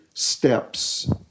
steps